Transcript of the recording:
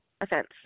offense